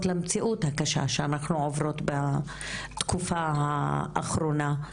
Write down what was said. למציאות הקשה שאנחנו עוברות בתקופה האחרונה.